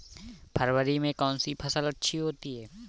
फरवरी में कौन सी फ़सल अच्छी होती है?